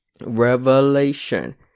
revelation